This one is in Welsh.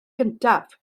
gyntaf